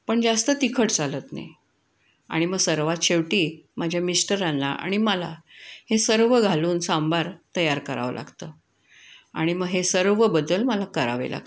पण जास्त तिखट चालत नाही आणि मग सर्वात शेवटी माझ्या मिस्टरांना आणि मला हे सर्व घालून सांबार तयार करावं लागतं आणि मग हे सर्व बदल मला करावे लागतात